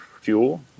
fuel